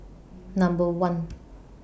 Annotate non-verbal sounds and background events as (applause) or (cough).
Number one (noise)